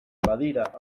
badira